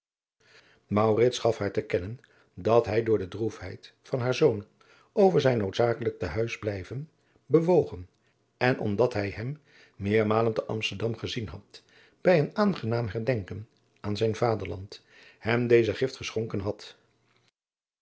gaf haar te kennen dat hij door de droefheid van haar zoon over zijn noodzakelijk te huis blijven bewogen en omdat hij hem meermalen te amsterdam gezien had bij een aangenaam herdenken aan zijn vaderland hem deze gift geschonken had